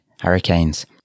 Hurricanes